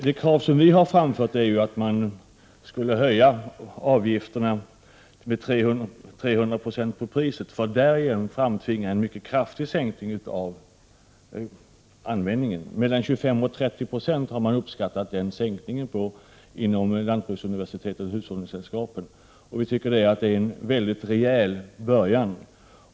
Det krav som vi har framfört är ju att man skall höja avgifterna med 300 20 av priset för att därigenom framtvinga en mycket kraftig sänkning av användningen. Den sänkningen skulle bli mellan 25 och 30 96 enligt vad man har uppskattat inom lantbruksuniversitet och hushållningssällskap. Vi tycker att det är en mycket rejäl början.